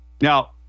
Now